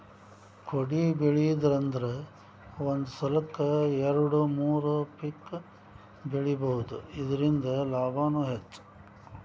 ಕೊಡಿಬೆಳಿದ್ರಂದ ಒಂದ ಸಲಕ್ಕ ಎರ್ಡು ಮೂರು ಪಿಕ್ ಬೆಳಿಬಹುದು ಇರ್ದಿಂದ ಲಾಭಾನು ಹೆಚ್ಚ